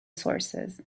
sources